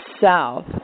south